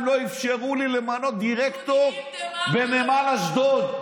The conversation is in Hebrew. הם לא אפשרו לי למנות לדירקטור בנמל אשדוד.